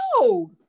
no